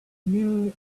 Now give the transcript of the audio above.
kneel